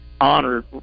honored